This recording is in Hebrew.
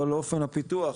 או על אופן הפיתוח,